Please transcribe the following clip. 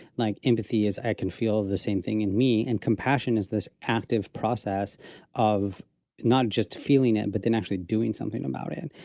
like empathy is i can feel the same thing in me. and compassion is this active process of not just feeling it, but then actually doing something about it?